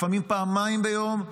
לפעמים פעמיים ביום,